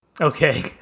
okay